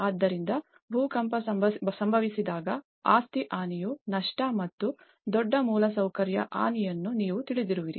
ಆದ್ದರಿಂದ ಭೂಕಂಪ ಸಂಭವಿಸಿದಾಗ ಆಸ್ತಿ ಹಾನಿಯ ನಷ್ಟ ಮತ್ತು ದೊಡ್ಡ ಮೂಲಸೌಕರ್ಯ ಹಾನಿಯನ್ನು ನೀವು ತಿಳಿದಿರುವಿರಿ